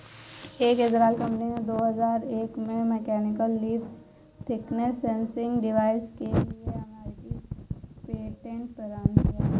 एक इजरायली कंपनी ने दो हजार एक में mechanical leaf thickness sensing device के लिए अमेरिकी पेटेंट प्रदान किया